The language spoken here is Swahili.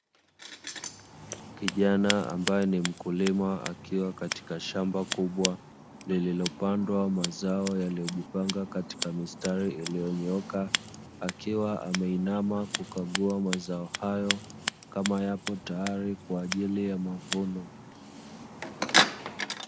Kijana ambaye ni mkulima akiwa katika shamba kubwa lililopandwa mazao yaliyojipanga katika mistari iliyonyooka, akiwa ameinama kukagua mazao hayo kama yapo tayari kwa ajili ya mavuno.